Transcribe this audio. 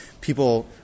people –